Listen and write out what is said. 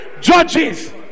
judges